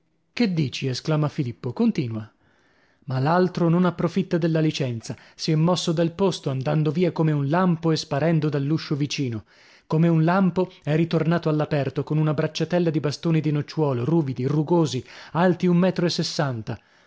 che dici esclama filippo continua ma l'altro non approfitta della licenza si è mosso dal posto andando via come un lampo e sparendo dall'uscio vicino come un lampo è ritornato all'aperto con una bracciatella di bastoni di nocciuolo ruvidi rugosi alti un metro e sessanta